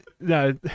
No